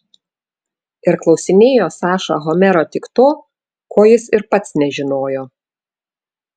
ir klausinėjo saša homero tik to ko jis ir pats nežinojo